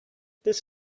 this